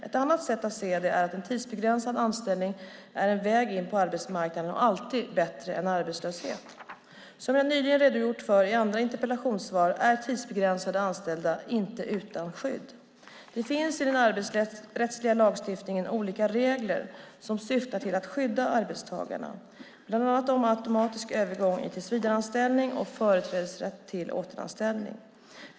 Ett annat sätt att se det är att en tidsbegränsad anställning är en väg in på arbetsmarknaden och alltid bättre än arbetslöshet. Som jag nyligen redogjort för i andra interpellationssvar är tidsbegränsat anställda inte utan skydd. Det finns i den arbetsrättsliga lagstiftningen olika regler som syftar till att skydda arbetstagarna, bland annat om automatisk övergång i tillsvidareanställning och företrädesrätt till återanställning.